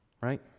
Right